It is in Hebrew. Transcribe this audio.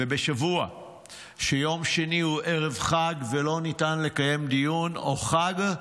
ובשבוע שיום שני הוא ערב חג ולא ניתן לקיים דיון או חג,